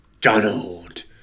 Donald